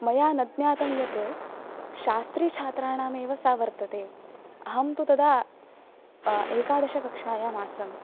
मया न ज्ञातम् यत् शास्त्रिछात्राणमेव सा वर्तते अहं तु तदा एकादशकक्ष्यायाम् आसम्